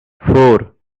four